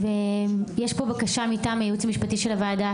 ויש פה בקשה מטעם הייעוץ המשפטי של הוועדה,